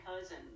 cousin